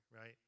right